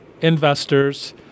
investors